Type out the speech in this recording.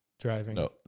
driving